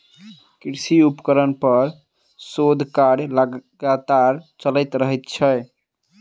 कृषि उपकरण पर शोध कार्य लगातार चलैत रहैत छै